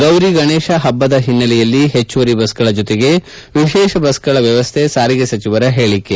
ಗೌರಿ ಗಣೇಶ ಹಬ್ಬದ ಹಿನ್ನೆಲೆಯಲ್ಲಿ ಹೆಚ್ಚುವರಿ ಬಸ್ಗಳ ಜೊತೆಗೆ ವಿಶೇಷ ಬಸ್ಗಳ ವ್ಯವಸ್ಥೆ ಸಾರಿಗೆ ಸಚಿವರ ಹೇಳಿಕೆ